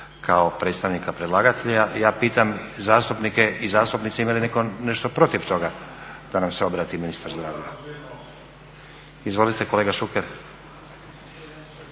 kao predstavnika predlagatelja ja pitam zastupnike i zastupnice ima li netko nešto protiv toga da nam se obrati ministar zdravlja? Izvolite kolega Šuker.